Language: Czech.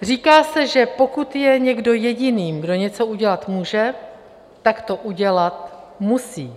Říká se, že pokud je někdo jediný, kdo něco udělat může, tak to udělat musí.